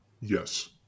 yes